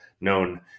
known